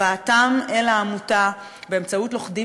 הבאתם אל העמותה באמצעות לוכדים